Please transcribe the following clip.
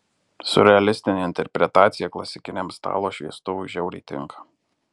siurrealistinė interpretacija klasikiniam stalo šviestuvui žiauriai tinka